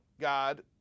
God